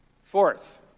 Fourth